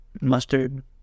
mustard